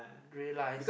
realized